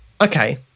okay